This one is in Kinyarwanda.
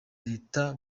reta